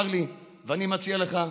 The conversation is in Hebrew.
צר לי, ואני מציע לך כידיד,